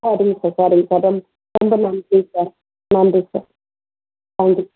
சரிங்க சார் சரிங்க சார் ரொம்ப ரொம்ப நன்றி சார் நன்றி சார் நன்றி